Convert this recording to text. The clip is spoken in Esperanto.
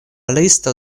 listo